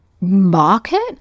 market